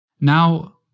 Now